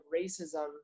racism